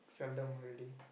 seldom already